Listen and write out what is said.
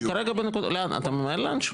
אתה ממהר לאן שהוא?